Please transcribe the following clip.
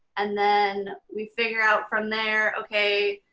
and then we figure out from there, okay,